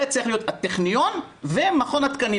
זה צריך להיות הטכניון ומכון התקנים.